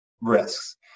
risks